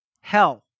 hell